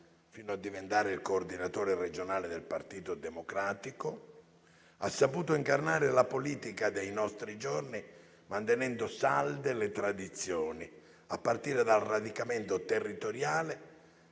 fino a diventare il coordinatore regionale del Partito Democratico, ha saputo incarnare la politica dei nostri giorni mantenendo salde le tradizioni, a partire dal radicamento territoriale